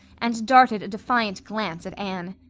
and darted a defiant glance at anne.